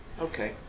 Okay